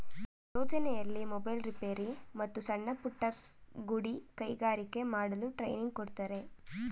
ಯೋಜನೆಯಲ್ಲಿ mobile repair, ಮತ್ತು ಸಣ್ಣಪುಟ್ಟ ಗುಡಿ ಕೈಗಾರಿಕೆ ಮಾಡಲು ಟ್ರೈನಿಂಗ್ ಕೊಡ್ತಾರೆ